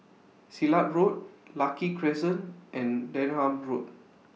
Silat Road Lucky Crescent and Denham Road